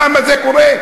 למה זה קורה?